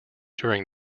during